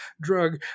drug